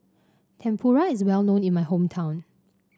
tempura is well known in my hometown